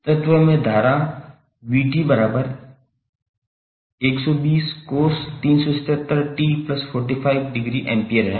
तत्व में धारा 𝑣𝑡120cos377𝑡45° एम्पीयर है